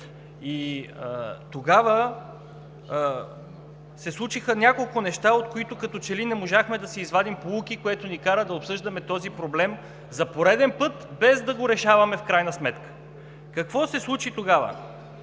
И тогава се случиха няколко неща, от които като че ли не можахме да си извадим поуки, което ни кара да обсъждаме този проблем за пореден път, без да го решаваме в крайна сметка. Какво се случи тогава?